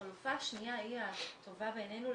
החלופה השנייה היא הטובה בעינינו,